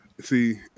See